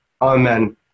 amen